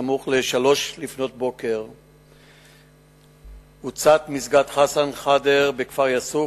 בסמוך ל-03:00 הוצת מסגד "חסן-חאדר" בכפר יאסוף,